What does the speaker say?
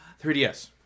3DS